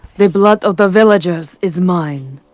the blood of the villagers is mine!